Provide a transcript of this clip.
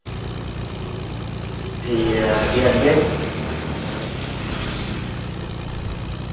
ठीक ऐ फ्ही अग्गे